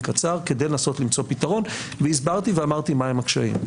קצר כדי לנסות למצוא פתרון והסברתי ואמרתי מהם הקשיים.